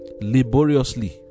Laboriously